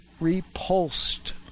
repulsed